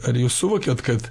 ar jūs suvokiat kad